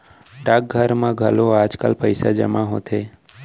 डाकघर म घलौ आजकाल पइसा जमा होथे